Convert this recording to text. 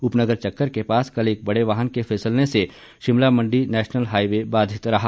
उपनगर चक्कर के पास कल एक बड़े वाहन के फिसलन से शिमला मंडी नेशनल हाइवे बाधित रहा